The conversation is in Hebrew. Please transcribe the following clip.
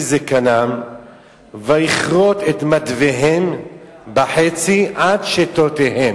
זקנם ויכרות את מדוויהם בחצי עד שתותיהם.